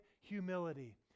Humility